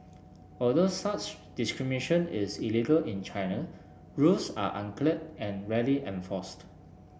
although such discrimination is illegal in China rules are unclear and rarely enforced